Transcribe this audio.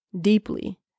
deeply